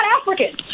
Africans